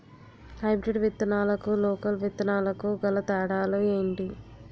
Hybrid విత్తనాలకు local విత్తనాలకు గల తేడాలు ఏంటి?